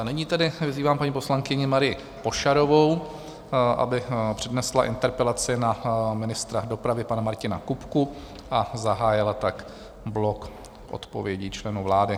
Nyní tedy vyzývám paní poslankyni Marii Pošarovou, aby přednesla interpelaci na ministra dopravy pana Martina Kupku a zahájila tak blok odpovědí členů vlády.